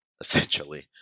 essentially